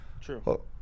True